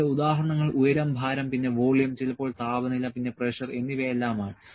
ഇവിടെ ഉദാഹരണങ്ങൾ ഉയരം ഭാരം പിന്നെ വോളിയം ചിലപ്പോൾ താപനില പിന്നെ പ്രഷർ എന്നിവയെല്ലാം ആണ്